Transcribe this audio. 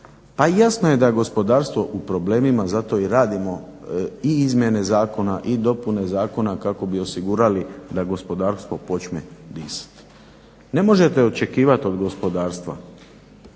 Pa jasno je da je gospodarstvo u problemima, zato i radimo i izmjene zakona i dopune zakona kako bi osigurali da gospodarstvo počne disati. Ne možete očekivati od gospodarstva